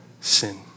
sin